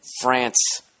France